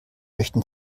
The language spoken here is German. möchten